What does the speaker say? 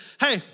hey